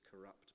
corrupt